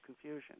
confusion